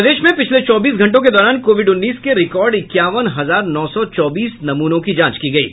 प्रदेश में पिछले चौबीस घंटों के दौरान कोविड उन्नीस के रिकार्ड इक्यावन हजार नौ सौ चौबीस नमूनों की जांच की गयी